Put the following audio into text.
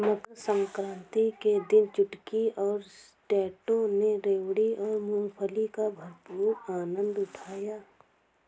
मकर सक्रांति के दिन चुटकी और टैटू ने रेवड़ी और मूंगफली का भरपूर आनंद उठाया